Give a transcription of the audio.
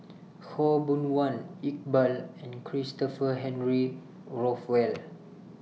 Khaw Boon Wan Iqbal and Christopher Henry Rothwell